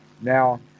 Now